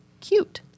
cute